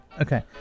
Okay